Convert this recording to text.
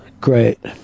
Great